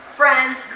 friends